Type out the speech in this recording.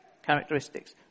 Characteristics